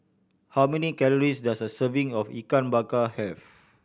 how many calories does a serving of Ikan Bakar have